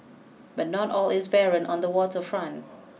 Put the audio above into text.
but not all is barren on the water front